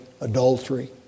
adultery